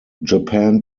japan